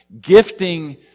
gifting